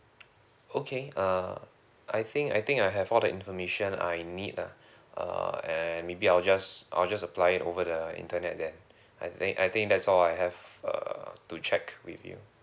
okay uh I think I think I have all the information I need ah uh and maybe I'll just I'll just apply it over the internet then I think I think that's all I have uh to check with you